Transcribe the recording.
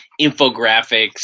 infographics